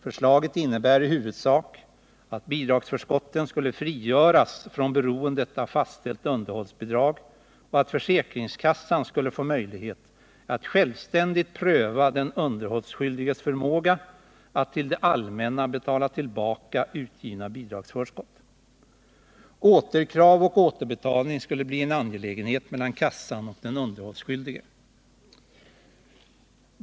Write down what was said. Förslaget innebar i huvudsak att bidragsförskotten skulle frigöras från beroendet av fastställt underhållsbidrag och att försäkringskassan skulle få möjlighet att självständigt pröva den underhållsskyldiges förmåga att till det allmänna betala tillbaka utgivna bidragsförskott. Återkrav och återbetalning skulle bli en angelägenhet mellan kassan och den underhållsskyldige.